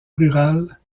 rurale